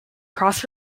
cross